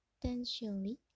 potentially